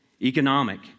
economic